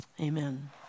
Amen